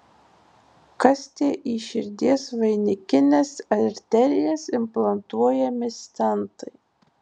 kas tie į širdies vainikines arterijas implantuojami stentai